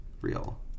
real